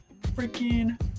freaking